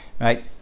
Right